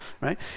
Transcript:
right